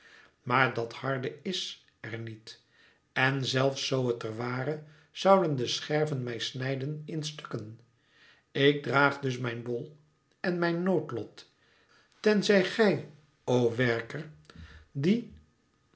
maar dat harde is er niet en zelfs zoo het er ware zouden de scherven mij snijden in stukken ik draag dus mijn bol en mijn noodlot tenzij gij o werker mij